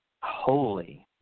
holy